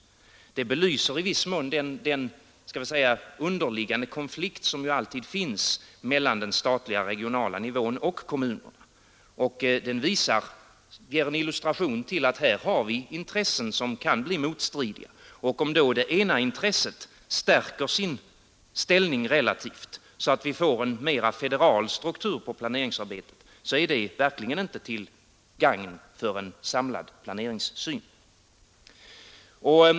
Det belyser i viss mån den, skall vi säga underliggande, konflikt som ju alltid finns mellan den statliga regionala nivån och kommunen och det ger en illustration av att vi här har intressen som kan bli motstridiga. Om då det ena intresset stärker sin ställning relativt, så att vi får en mera federal struktur på planeringsarbetet, så är det verkligen inte till gagn för en samlad planeringssyn.